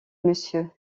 monsieur